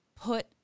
put